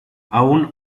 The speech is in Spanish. aún